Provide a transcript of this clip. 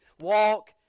walk